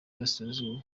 burasirazuba